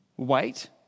Wait